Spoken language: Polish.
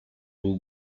był